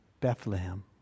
Bethlehem